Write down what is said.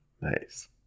nice